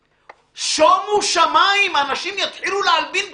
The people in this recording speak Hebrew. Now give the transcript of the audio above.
שומו שמיים, אנשים יתחילו להלבין כספים,